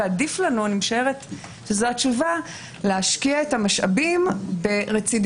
ועדיף לנו אני משערת שזו התשובה להשקיע את המשאבים ברצידיביסט,